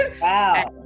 Wow